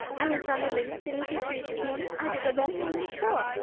i went round the links in eighty-three this morning. i did the long hole in four.